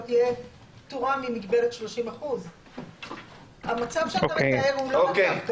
תהיה פטורה ממגבלת 30%. המצב שאתה מתאר הוא לא מצב טוב.